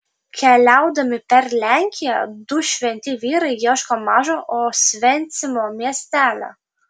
keliaudami per lenkiją du šventi vyrai ieško mažo osvencimo miestelio